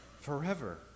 forever